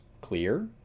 clear